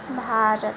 Bharat